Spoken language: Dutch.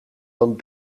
van